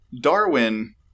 Darwin